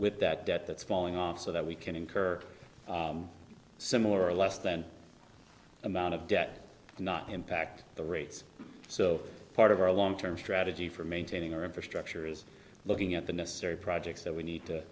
with that debt that's falling off so that we can incur similar or less than amount of debt do not impact the rates so part of our long term strategy for maintaining our infrastructure is looking at the necessary projects that we need